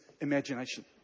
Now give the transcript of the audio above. imagination